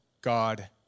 God